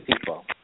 people